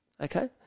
okay